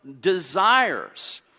desires